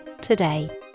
today